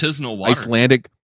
Icelandic